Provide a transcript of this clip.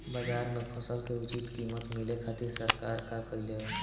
बाजार में फसल के उचित कीमत मिले खातिर सरकार का कईले बाऽ?